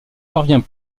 parvient